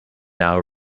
now